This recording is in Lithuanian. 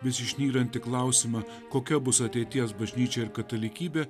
vis išnyrantį klausimą kokia bus ateities bažnyčia ir katalikybė